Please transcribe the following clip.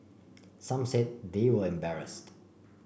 some said they were embarrassed